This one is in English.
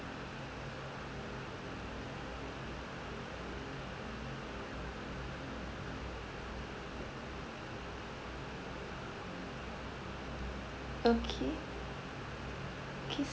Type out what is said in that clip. okay okay